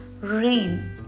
RAIN